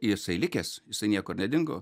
jisai likęs jisai niekur nedingo